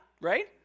right